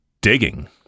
digging